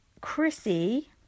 chrissy